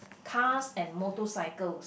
cars and motorcycles